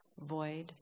void